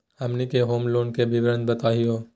हमनी के home loan के विवरण बताही हो?